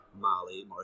Mali